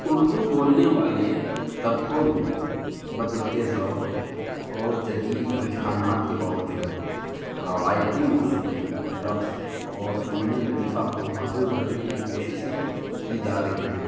اردو بولنے والے طبقوں میں بدلتے ذوق اور جدید رجحانات کے باوجود روایتی موسیقی رقص اور فنون لطیفہ کو محفوظ رکھنے کی کوششیں کی جا رہی ہیں